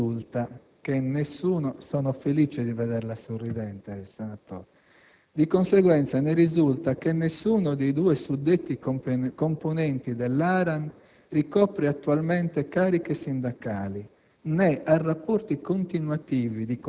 Di conseguenza, risulta che nessuno dei due suddetti componenti dell'ARAN ricopra attualmente cariche sindacali